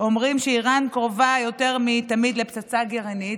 אומרים שאיראן קרובה יותר מתמיד לפצצה גרעינית,